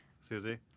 Susie